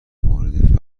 مورد